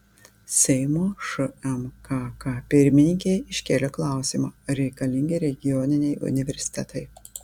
seimo šmkk pirmininkė iškėlė klausimą ar reikalingi regioniniai universitetai